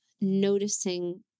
noticing